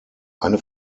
eine